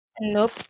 Nope